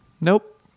Nope